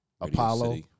Apollo